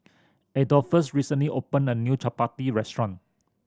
Adolphus recently opened a new Chapati restaurant